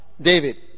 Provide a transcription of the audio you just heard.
david